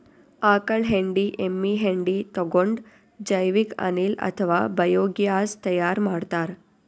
ಆಕಳ್ ಹೆಂಡಿ ಎಮ್ಮಿ ಹೆಂಡಿ ತಗೊಂಡ್ ಜೈವಿಕ್ ಅನಿಲ್ ಅಥವಾ ಬಯೋಗ್ಯಾಸ್ ತೈಯಾರ್ ಮಾಡ್ತಾರ್